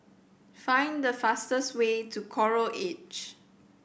find the fastest way to Coral Edge